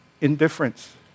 indifference